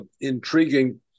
intriguing